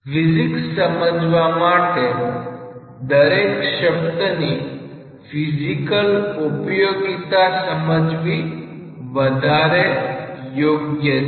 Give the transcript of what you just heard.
physics સમજવા માટે દરેક શબ્દની ફિઝિકલ ઉપયોગીતા સમજવી વધુ યોગ્ય છે